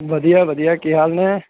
ਵਧੀਆ ਵਧੀਆ ਕੀ ਹਾਲ ਨੇ